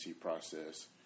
process